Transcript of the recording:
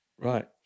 right